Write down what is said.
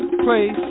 place